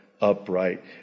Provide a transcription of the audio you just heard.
upright